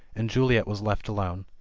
and juliet was left alone.